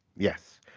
yes.